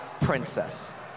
princess